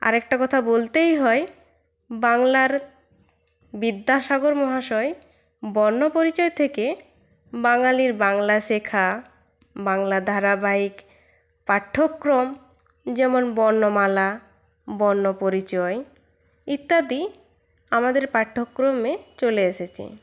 আরেকটা কথা বলতেই হয় বাংলার বিদ্যাসাগর মহাশয় বর্ণপরিচয় থেকে বাঙালির বাংলা শেখা বাংলা ধারাবাহিক পাঠ্যক্রম যেমন বর্ণমালা বর্ণপরিচয় ইত্যাদি আমাদের পাঠ্যক্রমে চলে এসেছে